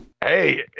hey